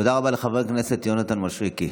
תודה רבה לחבר הכנסת יונתן מישרקי.